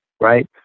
Right